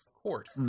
court